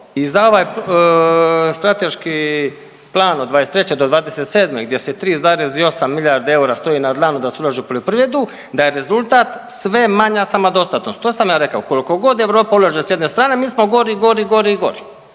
i za ovaj strateški plan od '23. do '27. gdje se 3,8 milijarde eura stoji na dlanu da se ulaže u poljoprivredu da je rezultat sve manja samodostatnost. To sam ja rekao koliko god Europa ulaže s jedne strane mi smo gori, gori, gori i gori.